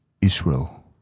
Israel